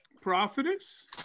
prophetess